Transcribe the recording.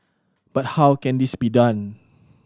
but how can this be done